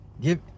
Give